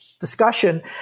discussion